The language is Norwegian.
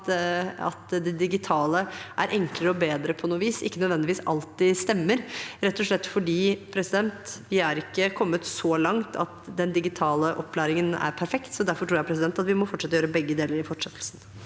at det digitale er enklere og bedre på noe vis, ikke nødvendigvis alltid er det rette, rett og slett fordi vi ikke er kommet så langt at den digitale opplæringen er perfekt. Derfor tror jeg vi må fortsette å gjøre begge deler i fortsettelsen.